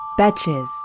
Betches